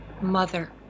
mother